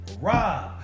Rob